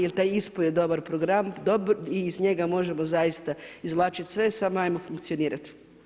Jer taj ISPU je dobar program i iz njega možemo zaista izvlačiti sve samo ajmo funkcionirat.